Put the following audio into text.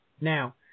Now